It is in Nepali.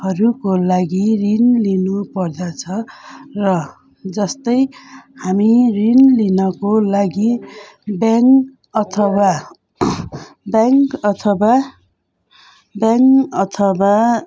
हरूको लागि ऋण लिनु पर्दछ र जस्तै हामी ऋण लिनको लागि ब्याङ्क अथवा ब्याङ्क अथवा ब्याङ्क अथवा